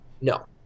No